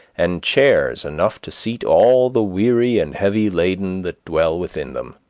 and chairs enough to seat all the weary and heavy-laden that dwell within them.